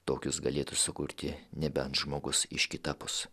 tokius galėtų sukurti nebent žmogus iš kitapus